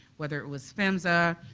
whether it was phmsa,